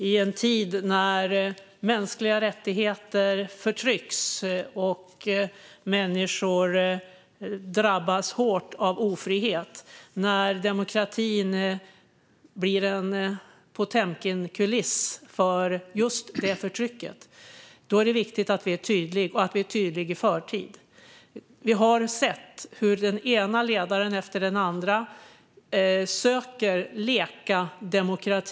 I en tid när mänskliga rättigheter förtrycks, när människor drabbas hårt av ofrihet och när demokratin blir en potemkinkuliss för just det förtrycket är det viktigt att vi är tydliga - och att vi är det i förtid. Vi har sett hur den ena ledaren efter den andra söker leka demokrati.